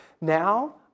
Now